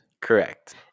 Correct